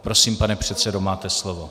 Prosím, pane předsedo, máte slovo.